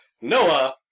Noah